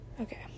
okay